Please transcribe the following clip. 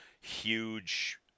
huge